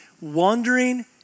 wandering